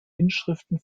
inschriften